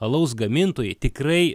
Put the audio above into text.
alaus gamintojai tikrai